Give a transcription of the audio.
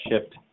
shift